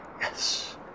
yes